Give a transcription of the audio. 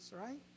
right